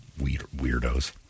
weirdos